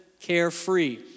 carefree